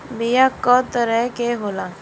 बीया कव तरह क होला?